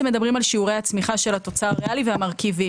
הם שמים פה תחזיות שנמוכות מהממוצע בפועל של השנים